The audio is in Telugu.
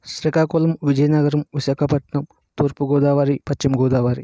శ్రీకాకుళం విజయనగరం విశాఖపట్నం తూర్పుగోదావరి పశ్చిమగోదావరి